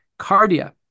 Cardia